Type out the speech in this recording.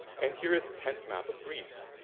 and here is the tenth map of greece,